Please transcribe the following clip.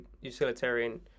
utilitarian